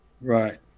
Right